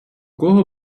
кого